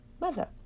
mother